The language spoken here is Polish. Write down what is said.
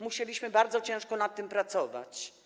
Musieliśmy bardzo ciężko nad tym pracować.